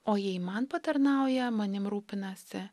o jei man patarnauja manim rūpinasi